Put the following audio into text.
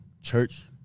church